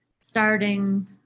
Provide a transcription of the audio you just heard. starting